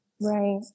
Right